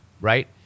right